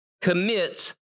commits